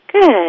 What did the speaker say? Good